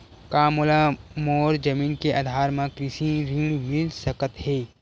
का मोला मोर जमीन के आधार म कृषि ऋण मिल सकत हे?